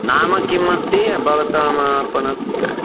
नाम किम् अस्ति भवताम् आपणस्य